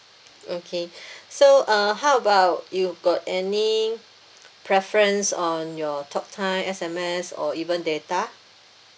okay so uh how about you got any preference on your talk time S_M_S or even data